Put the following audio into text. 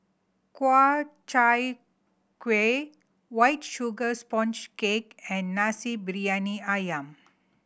kua Chai Kueh White Sugar Sponge Cake and Nasi Briyani Ayam